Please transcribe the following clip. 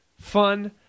fun –